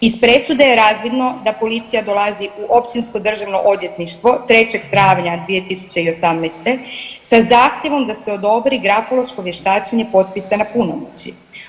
Iz presude je razvidno da policija dolazi u Općinsko državno odvjetništvo 3. travnja 2018. sa zahtjevom da se odobri grafološko vještačenje potpisane punomoći.